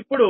ఇప్పుడు